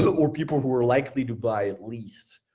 so or people who are likely to buy at least.